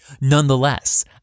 Nonetheless